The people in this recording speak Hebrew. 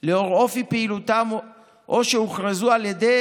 לאור אופי פעילותם או שהוכרזו על ידי